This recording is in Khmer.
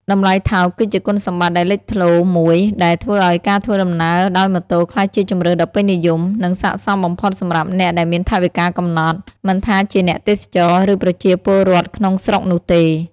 តម្លៃថោក គឺជាគុណសម្បត្តិដ៏លេចធ្លោមួយដែលធ្វើឱ្យការធ្វើដំណើរដោយម៉ូតូក្លាយជាជម្រើសដ៏ពេញនិយម និងស័ក្តិសមបំផុតសម្រាប់អ្នកដែលមានថវិកាកំណត់ មិនថាជាអ្នកទេសចរណ៍ ឬប្រជាពលរដ្ឋក្នុងស្រុកនោះទេ។